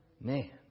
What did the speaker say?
Man